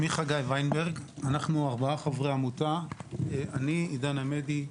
אנחנו ארבעה חברי עמותה אני, עידן עמדי,